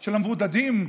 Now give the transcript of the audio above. של המבודדים?